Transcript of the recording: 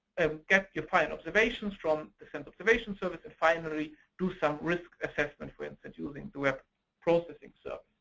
and get your final observations from the sensor observation service, and finally do some risk assessment when and using the web processing so